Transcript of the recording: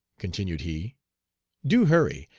continued he do hurry.